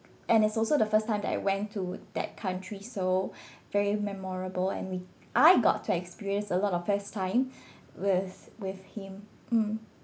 and it's also the first time that I went to that country so very memorable and we I got to experience a lot of first time with with him mm